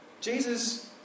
Jesus